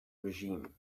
regime